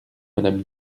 madame